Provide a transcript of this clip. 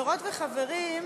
חברות וחברים,